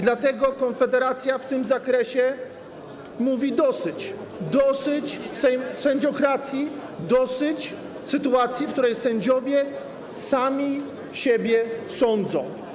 Dlatego Konfederacja w tym zakresie mówi: dosyć, dosyć sędziokracji, dosyć sytuacji, w której sędziowie sami siebie sądzą.